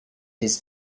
his